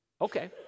Okay